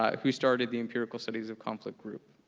ah who started the empirical studies of conflict group.